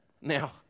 Now